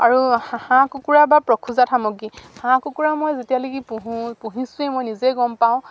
আৰু হাঁহ কুকুৰা বা পশুজাত সামগ্ৰী হাঁহ কুকুৰা মই যেতিয়ালৈকে পুহোঁ পুহিছোৱেই মই নিজে গম পাওঁ